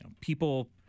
people